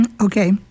Okay